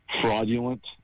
fraudulent